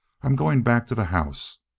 i'm going back to the house.